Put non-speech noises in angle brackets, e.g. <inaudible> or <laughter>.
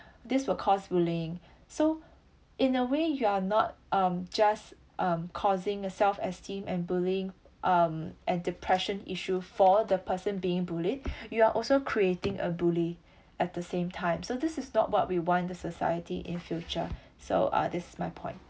this will cause bullying so in a way you are not um just um causing a self esteem and bullying um and depression issue for the person being bullied <noise> you are also creating a bully at the same time so this is not what we want the society in future so uh this is my point